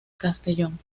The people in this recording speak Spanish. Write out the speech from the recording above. castellón